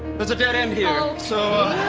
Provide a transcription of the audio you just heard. there's a dead end here so?